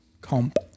comp